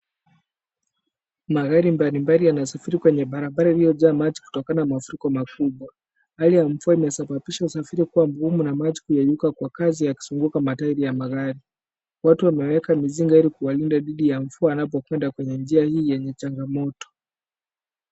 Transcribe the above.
Magari mbalimbali yanasafiri kwenye barabara iliyojaa maji kutokana na mafuriko makubwa. Hali ya mvua imesababisha usafiri kuwa mgumu na maji kuyeyuka kwa kasi yakizunguka matairi ya magari, watu wameweka mizinga ili kuwalinda dhidi ya mvua wanapoenda kwenye njia hii yenye changamoto.